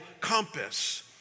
compass